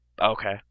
Okay